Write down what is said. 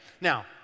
Now